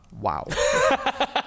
Wow